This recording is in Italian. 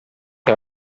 che